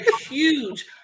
huge